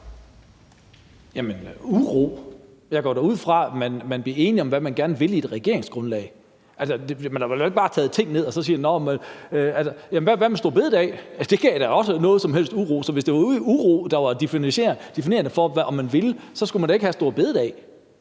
Jamen uro! Jeg går da ud fra, at man bliver enige om, hvad man gerne vil, i et regeringsgrundlag. Altså, man har vel ikke bare taget ting ned? Hvad med store bededag? Det gav da også noget uro. Så hvis det uro, der var definerende for, hvad man ville, så skulle man da ikke have fjernet store bededag